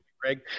Greg